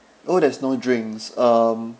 oh there's no drinks um